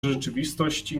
rzeczywistości